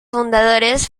fundadores